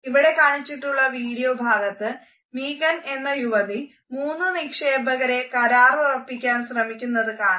ഇവിടെ കാണിച്ചിട്ടുള്ള വീഡിയോ ഭാഗത്തു മേഗൻ എന്ന യുവതി മൂന്ന് നിക്ഷേപകരെ കരാറുറപ്പിക്കാൻ ശ്രമിക്കുന്നത് കാണാം